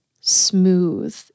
smooth